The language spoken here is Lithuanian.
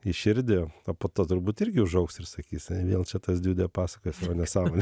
į širdį o po to turbūt irgi užaugs ir sakys vėl čia tas diudė pasakoja savo nesąmonė